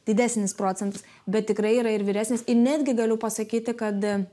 didesnis procentas bet tikrai yra ir vyresnis ir netgi galiu pasakyti kad